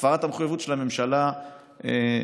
הפרת המחויבות של הממשלה לציבור.